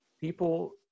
people